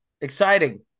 exciting